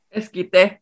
esquite